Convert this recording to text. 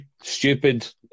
stupid